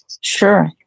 Sure